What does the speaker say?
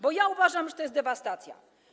Bo ja uważam, że to jest dewastacja.